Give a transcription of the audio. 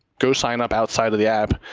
go sign up outside of the app.